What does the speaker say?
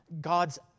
God's